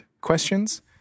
questions